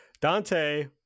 Dante